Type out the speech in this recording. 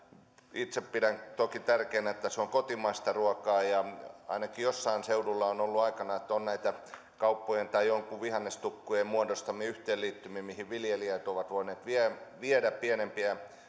itse pidän toki tärkeänä että se on kotimaista ruokaa ainakin jossain seudulla on ollut aikanaan niin että on näitä kauppojen tai joidenkin vihannestukkujen muodostamia yhteenliittymiä mihin viljelijät ovat voineet viedä viedä pienempiä